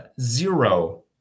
zero